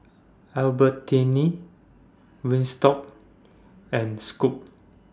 Albertini Wingstop and Scoot